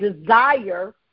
desire